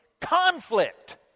conflict